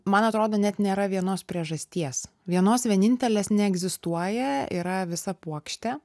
man atrodo net nėra vienos priežasties vienos vienintelės neegzistuoja yra visa puokštė